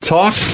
Talk